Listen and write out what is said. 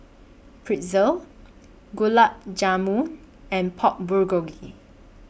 Pretzel Gulab Jamun and Pork Bulgogi